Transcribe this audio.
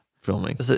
filming